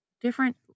different